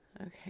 Okay